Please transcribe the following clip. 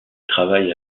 travaille